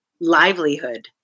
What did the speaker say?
livelihood